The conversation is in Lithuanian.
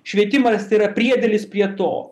švietimas yra priedėlis prie to